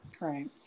Right